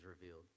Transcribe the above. revealed